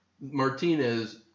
Martinez –